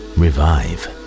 revive